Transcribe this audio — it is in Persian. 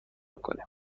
کنیم